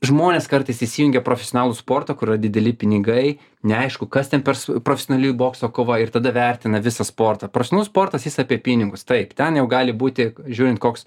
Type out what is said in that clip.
žmonės kartais įsijungia į profesionalų sportą kur yra dideli pinigai neaišku kas ten per profesionali bokso kova ir tada vertina visą sportą profesionalus sportas jis apie pinigus taip ten jau gali būti žiūrint koks